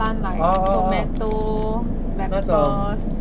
plant like tomato lettuce